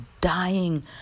dying